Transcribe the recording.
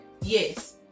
Yes